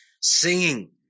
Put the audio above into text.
singing